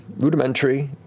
rudimentary,